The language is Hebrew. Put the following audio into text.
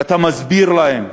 ואתה מסביר להם,